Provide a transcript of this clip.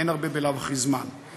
בלאו הכי אין הרבה זמן.